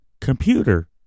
Computer